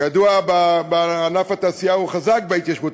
כידוע, התעשייה היא ענף חזק בהתיישבות.